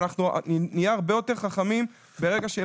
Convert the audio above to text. אבל אנחנו נהיה הרבה יותר חכמים ברגע שיהיה